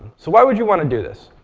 so why would you want to do this?